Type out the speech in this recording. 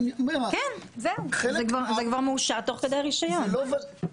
זה כבר מאושר תוך כדי הרישיון.